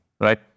right